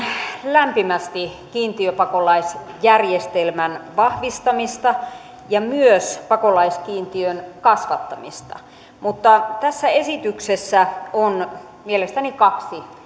lämpimästi kiintiöpakolaisjärjestelmän vahvistamista ja myös pakolaiskiintiön kasvattamista mutta tässä esityksessä on mielestäni kaksi